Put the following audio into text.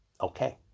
Okay